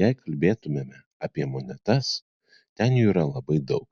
jei kalbėtumėme apie monetas ten jų yra labai daug